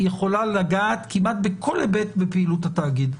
יכולה לגעת כמעט בכל היבט מפעילות התאגיד.